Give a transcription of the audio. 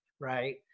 Right